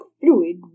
fluid